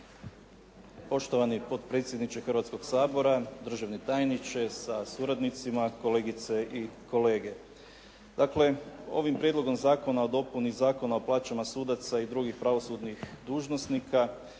Poštovani potpredsjedniče Hrvatskog sabora, državni tajniče sa suradnicima, kolegice i kolege. Dakle, ovim Prijedlogom zakona o dopuni Zakona o plaćama sudaca i drugih pravosudnih dužnosnika